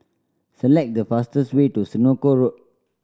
select the fastest way to Senoko Road